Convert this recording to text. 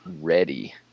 ready